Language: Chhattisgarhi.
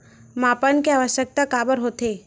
मापन के आवश्कता काबर होथे?